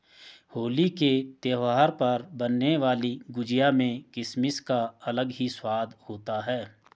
होली के त्यौहार पर बनने वाली गुजिया में किसमिस का अलग ही स्वाद होता है